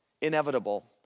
inevitable